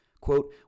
Quote